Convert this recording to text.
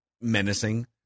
menacing